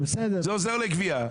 זה עוזר לגבייה.